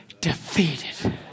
defeated